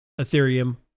Ethereum